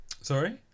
Sorry